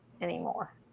anymore